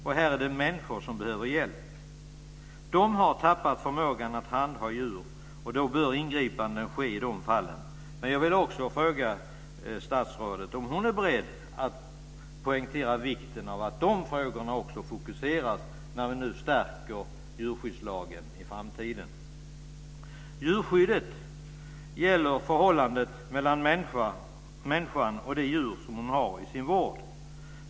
Det är människor som behöver hjälp. De har tappat förmågan att handha djur. I de fallen bör ingripanden ske. Jag vill också fråga statsrådet om hon är beredd att poängtera vikten av att de frågorna fokuseras, när vi nu stärker djurskyddslagen i framtiden. Djurskyddet gäller förhållandet mellan människan och det djur hon har i sin vård.